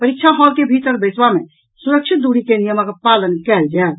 परीक्षा हॉल के भीतर बैसबा मे सुरक्षित दूरी के नियमक पालन कयल जायत